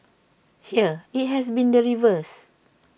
here IT has been the reverse